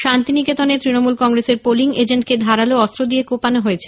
শান্তিনিকেতনে তৃণমূল কংগ্রেসের পোলিং এজেন্টকে ধারালো অস্ত্র দিয়ে কোপানো হয়েছে